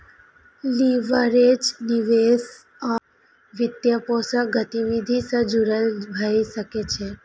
leverage निवेश आ वित्तपोषण गतिविधि सं जुड़ल भए सकै छै